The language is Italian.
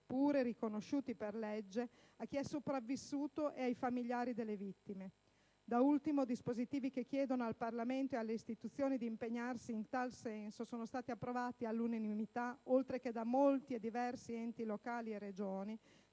pure riconosciuti per legge, a chi è sopravvissuto e ai familiari delle vittime. Da ultimo, dispositivi che chiedono al Parlamento ed alle istituzioni di impegnarsi in tal senso sono stati approvati all'unanimità, oltre che da molti enti locali e Regioni,